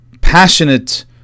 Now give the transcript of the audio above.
passionate